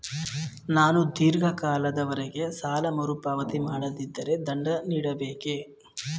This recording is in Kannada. ನಾನು ಧೀರ್ಘ ಕಾಲದವರೆ ಸಾಲ ಮರುಪಾವತಿ ಮಾಡದಿದ್ದರೆ ದಂಡ ನೀಡಬೇಕೇ?